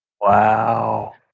Wow